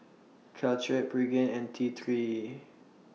Caltrate Pregain and T three